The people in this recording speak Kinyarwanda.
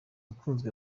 ukunzwe